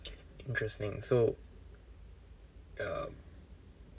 interesting so um